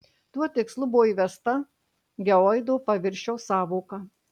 tuo tikslu buvo įvesta geoido paviršiaus sąvoka